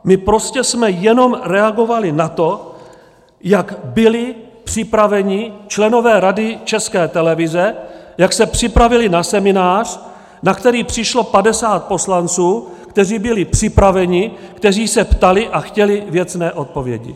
My prostě jsme jenom reagovali na to, jak byli připraveni členové Rady ČT, jak se připravili na seminář, na který přišlo 50 poslanců, kteří byli připraveni, kteří se ptali a chtěli věcné odpovědi.